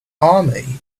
army